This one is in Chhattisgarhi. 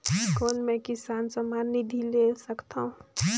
कौन मै किसान सम्मान निधि ले सकथौं?